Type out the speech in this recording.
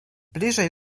bliżej